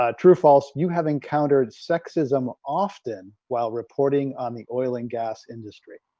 ah true false you have encountered sexism often while reporting on the oil and gas industry